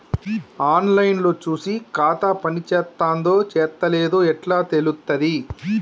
On line లో చూసి ఖాతా పనిచేత్తందో చేత్తలేదో ఎట్లా తెలుత్తది?